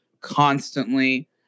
constantly